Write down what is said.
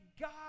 God